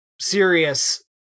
serious